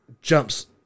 jumps